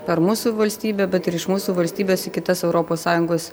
per mūsų valstybę bet ir iš mūsų valstybės į kitas europos sąjungos